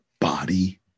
body